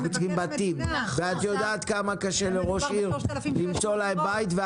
אנחנו צריכים בתים ואת יודעת כמה קשה לראש עירייה למצוא להם בית.